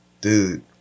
dude